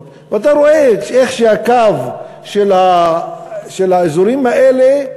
ואתה רואה איך הקו של האזורים האלה,